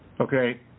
okay